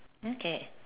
okay